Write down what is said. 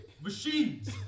Machines